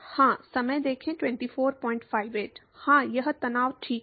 हाँ यह तनाव ठीक है